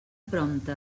prompte